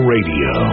Radio